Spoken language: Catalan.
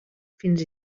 fins